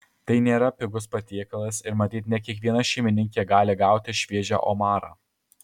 tai nėra pigus patiekalas ir matyt ne kiekviena šeimininkė gali gauti šviežią omarą